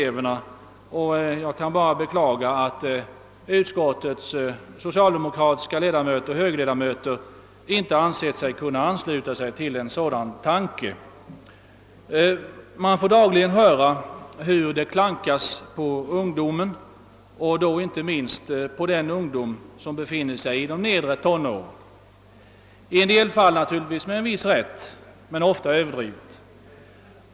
Jag kan bara beklaga att utskottets socialdemokratiska ledamöter och högerledamöter inte kunnat ansluta sig till en sådan tanke. Man får dagligen höra hur det klankas på ungdomen, inte minst på den ungdom som befinner sig i de nedre tonåren — i en del fall naturligtvis med viss rätt, men ofta är det överdrivet.